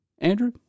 Andrew